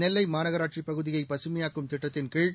நெல்லை மாநகராட்சி பகுதியை பசுமையாக்கும் திட்டத்தின் கீழ்